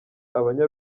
abanya